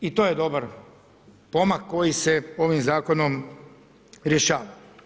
I to je dobar pomak koji se ovim Zakonom rješava.